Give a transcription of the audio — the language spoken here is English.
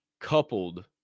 coupled